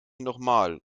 nochmal